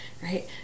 right